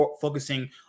focusing